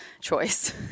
choice